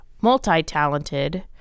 multi-talented